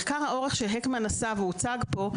מחקר האורך שהקמן עשה והוצג פה,